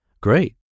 great